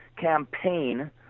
campaign